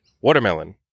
watermelon